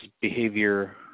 behavior